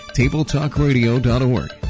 tabletalkradio.org